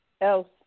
else